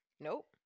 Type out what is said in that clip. Nope